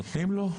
נותנים לו?